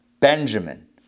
Benjamin